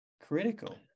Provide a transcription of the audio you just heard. critical